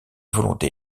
volonté